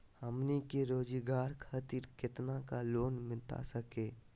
हमनी के रोगजागर खातिर कितना का लोन मिलता सके?